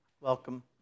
welcome